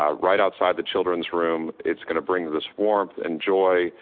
ah right outside the children's room. it's going to bring this warmth and joy.